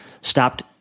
stopped